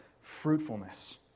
fruitfulness